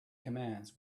commands